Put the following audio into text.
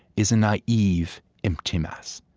is a naive, empty mass.